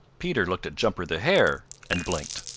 peter looked at jumper the hare and blinked.